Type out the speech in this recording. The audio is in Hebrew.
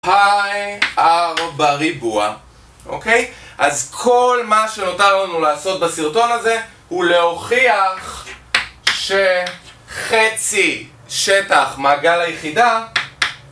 פאי אר בריבוע אוקיי? אז כל מה שנותר לנו לעשות בסרטון הזה הוא להוכיח שחצי שטח מעגל היחידה